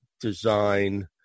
design